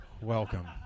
welcome